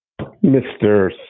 Mr